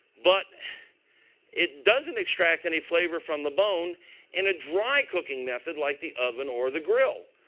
but it doesn't extract any flavor from the bone in a dry cooking method like the oven or the grill.